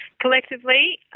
Collectively